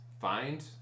find